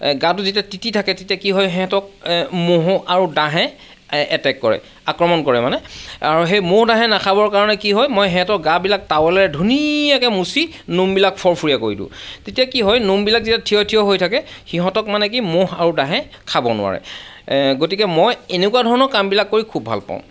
এই গাটো যেতিয়া তিতি থাকে তেতিয়া কি হয় সিহঁতক মহে আৰু দাঁহে এটেক কৰে আক্ৰমণ কৰে মানে আৰু সেই মহ দাঁহে নাখাবৰ কাৰণে কি হয় মই সিহঁতক গাবিলাক টাৱেলেৰে ধুনীয়াকৈ মুচি নোমবিলাক ফৰফৰীয়া কৰি দিওঁ তেতিয়া কি হয় নোমবিলাক যেতিয়া থিয় থিয় হৈ থাকে সিহঁতক মানে কি মহ আৰু দাঁহে খাব নোৱাৰে গতিকে মই এনেকুৱা ধৰণৰ কামবিলাক কৰি খুব ভাল পাওঁ